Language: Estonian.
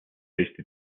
eesti